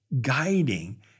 guiding